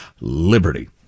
Liberty